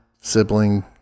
sibling